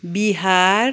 Bihar